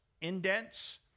indents